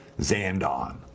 Zandon